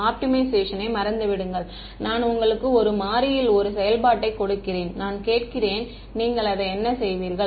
ஆப்டிமைசேஷனை மறந்துவிடுங்கள் நான் உங்களுக்கு 1 மாறியில் ஒரு செயல்பாட்டைக் கொடுக்கிறேன் நான் கேட்கிறேன் நீங்கள் அதை என்ன செய்வீர்கள்